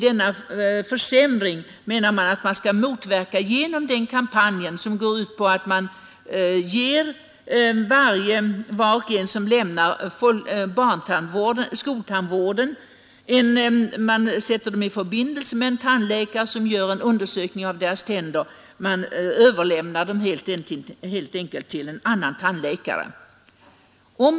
Denna försämring menar man att man skall motverka genom en kampanj som går ut på att man sätter var och en som lämnar skoltandvården i förbindelse med en tandläkare som gör en undersökning av tänderna — man överlämnar helt enkelt ungdomarna till en annan tandläkare än skoltandläkaren.